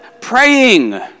praying